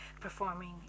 performing